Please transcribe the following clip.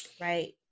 Right